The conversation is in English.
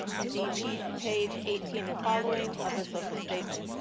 see page page eighteen and following of the social statement.